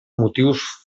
motius